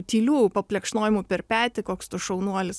tylių paplekšnojimo per petį koks tu šaunuolis